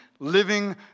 Living